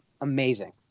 amazing